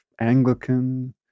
Anglican